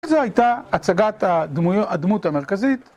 זו הייתה הצגת הדמות המרכזית.